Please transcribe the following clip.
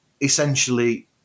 essentially